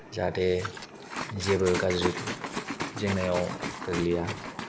जाहाथे जेबो गाज्रि जेंनायाव गोग्लैया